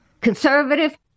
Conservative